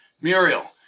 Muriel